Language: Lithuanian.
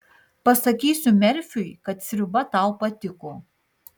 pasakysiu merfiui kad sriuba tau patiko